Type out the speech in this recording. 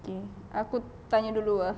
okay aku tanya dulu ah